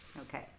Okay